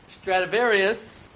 Stradivarius